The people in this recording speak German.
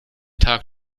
tag